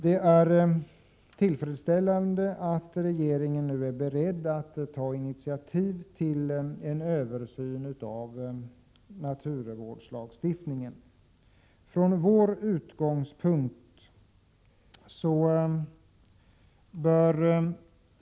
Det är tillfredsställande att regeringen nu är beredd att ta initiativ till en översyn av naturvårdslagstiftningen.